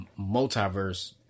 Multiverse